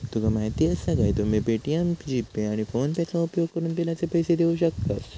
तुका माहीती आसा काय, तुम्ही पे.टी.एम, जी.पे, आणि फोनेपेचो उपयोगकरून बिलाचे पैसे देऊ शकतास